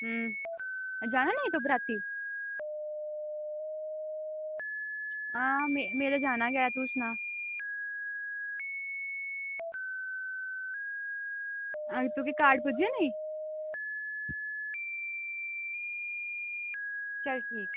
हूं जाना नी तूं बराती हां में में ते जाना गै ऐ तूं सना अजें तुगी कार्ड पुज्जेआ नी चल ठीक